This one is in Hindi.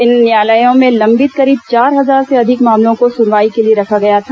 इन न्यायालयों में लंबित करीब चार हजार से अधिक मामलों को सुनवाई के लिए रखा गया था